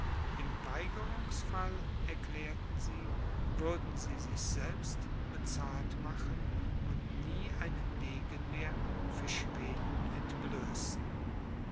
im weigerungsfall erklärten sie würden sie sich selbst bezahlt machen und nie einen degen mehr für schweden entblößen